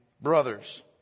brothers